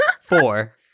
Four